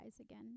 again